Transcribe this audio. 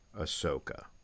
Ahsoka